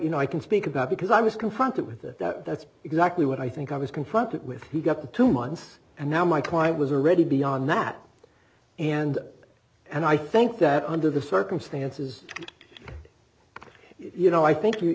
you know i can speak about because i was confronted with that that that's exactly what i think i was confronted with he got two months and now my quiet was already beyond that and and i think that under the circumstances you know i think you